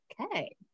Okay